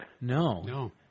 No